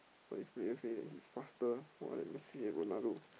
!wah! this player say that he's faster !wah! than Messi and Ronaldo